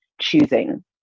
choosing